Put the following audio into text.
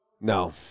No